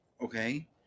Okay